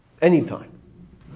Anytime